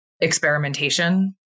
experimentation